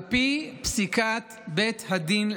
על פי פסיקת בית הדין לעבודה,